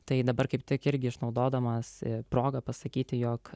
tai dabar kaip tik irgi išnaudodamas progą pasakyti jog